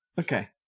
Okay